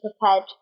prepared